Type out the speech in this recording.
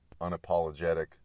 unapologetic